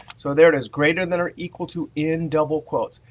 so there it is greater than or equal to in double quotes.